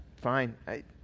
Fine